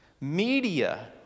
media